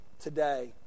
today